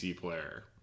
player